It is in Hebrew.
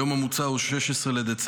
היום המוצע הוא 16 בדצמבר,